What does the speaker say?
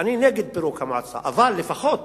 אני נגד פירוק המועצה, אבל לפחות